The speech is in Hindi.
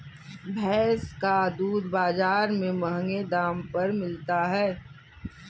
भैंस का दूध बाजार में महँगे दाम पर मिलता है